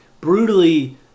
brutally